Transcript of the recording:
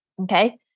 okay